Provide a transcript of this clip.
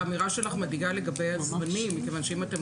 האמירה שלך מדאיגה לגבי הזמנים מכיוון שאם אתם